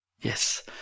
Yes